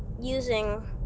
using